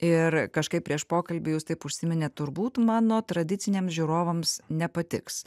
ir kažkaip prieš pokalbį jūs taip užsiminėt turbūt mano tradiciniem žiūrovams nepatiks